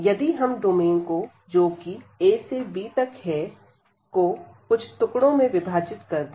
यदि हम डोमेन को जो कि a से b तक है को कुछ टुकड़ों में विभाजित कर दें